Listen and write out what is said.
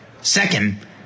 Second